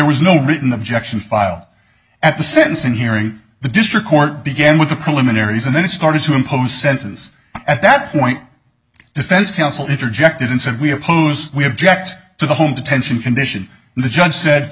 was no written objection file at the sentencing hearing the district court began with the preliminaries and then it started to impose sentence at that point defense counsel interjected and said we oppose we have ject to the home detention condition and the judge said